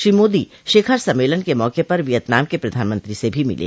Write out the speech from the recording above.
श्री मोदी शिखर सम्मेलन के मौके पर वियतनाम के प्रधानमंत्री से भी मिले